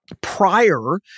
prior